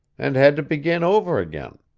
and had to begin over again.